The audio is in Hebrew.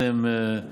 אתם,